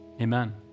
amen